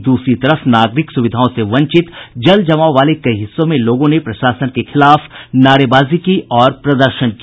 वहीं दूसरी तरफ नागरिक सुविधाओं से वंचित जल जमाव वाले कई हिस्सों में लोगों ने प्रशासन के खिलाफ नारेबाजी की और प्रदर्शन किया